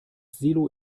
silo